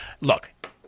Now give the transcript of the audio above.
Look